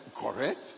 Correct